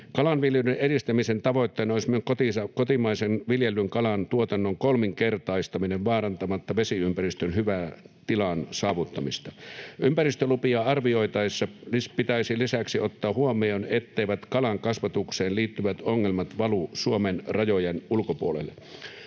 Kalanviljelyn edistämisen tavoitteena on myös kotimaisen viljellyn kalan tuotannon kolminkertaistaminen vaarantamatta vesiympäristön hyvän tilan saavuttamista. Ympäristölupia arvioitaessa pitäisi lisäksi ottaa huomioon, etteivät kalankasvatukseen liittyvät ongelmat valu Suomen rajojen ulkopuolelle.